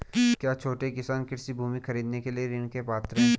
क्या छोटे किसान कृषि भूमि खरीदने के लिए ऋण के पात्र हैं?